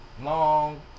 long